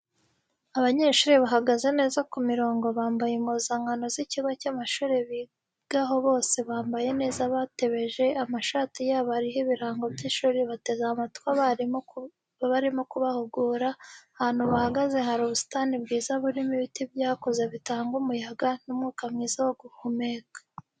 Abanyeshuri bahagaze neza ku mirongo bambaye impuzankano z'ikigo cy'amashuri bigaho bose bambaye neza batebeje, amashati yabo ariho ibirango by'ishuri bateze amatwi abarimo kubahugura, ahantu bahagaze hari ubusitani bwiza burimo ibiti byakuze bitanga umuyaga n'umwuka mwiza wo guhumeka.